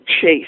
chase